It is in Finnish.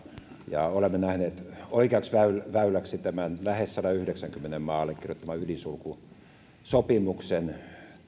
ja olemme nähneet oikeaksi väyläksi väyläksi tämän lähes sadanyhdeksänkymmenen maan allekirjoittaman ydinsulkusopimuksen